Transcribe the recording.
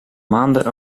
maanden